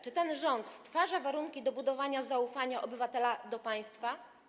Czy ten rząd stwarza warunki do budowania zaufania obywatela do państwa?